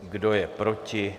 Kdo je proti?